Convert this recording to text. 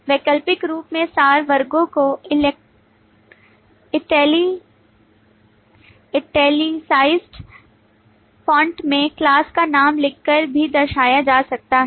वैकल्पिक रूप में सार वर्गो को इटैलिकाइज़्ड फ़ॉन्ट में class का नाम लिखकर भी दर्शाया जा सकता है